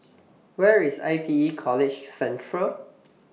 Where IS I T E College Central